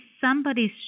somebody's